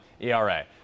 ERA